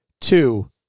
two